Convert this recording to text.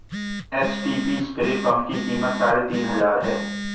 HTP spray pump की कीमत साढ़े तीन हजार है